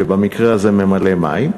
שבמקרה הזה ממלא מים,